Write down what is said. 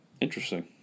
Interesting